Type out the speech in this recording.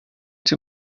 too